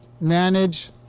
manage